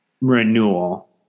renewal